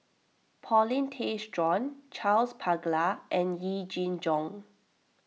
Paulin Tay Straughan Charles Paglar and Yee Jenn Jong